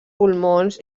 pulmons